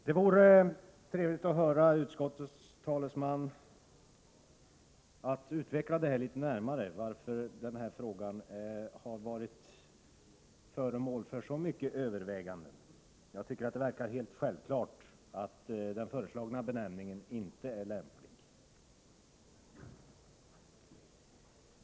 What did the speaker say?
Det vore trevligt att få höra utskottets talesman utveckla litet närmare varför frågan har varit föremål för så mycket övervägande. Jag tycker att det verkar helt självklart att den föreslagna benämningen inte är lämplig.